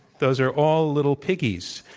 those are all little piggies.